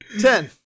Ten